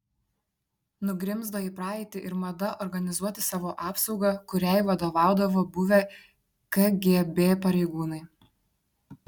nugrimzdo į praeitį ir mada organizuoti savo apsaugą kuriai vadovaudavo buvę kgb pareigūnai